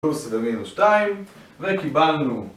פלוס ומינוס שתיים וקיבלנו